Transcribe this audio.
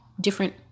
different